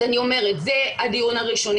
אז אני אומרת, זה הדיון הראשוני.